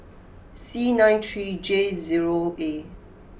C nine three J zero A